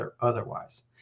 otherwise